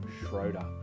Schroeder